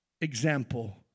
example